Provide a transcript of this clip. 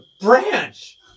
branch